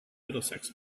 middlesex